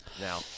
now